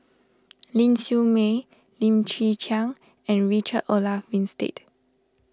Ling Siew May Lim Chwee Chian and Richard Olaf Winstedt